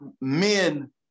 men